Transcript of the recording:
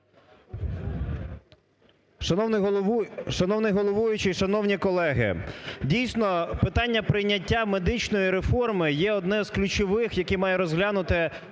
Шановний головуючий, шановні колеги, дійсно, питання прийняття медичної реформи є одне з ключових, яке має розглянути